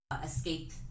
escape